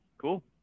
cool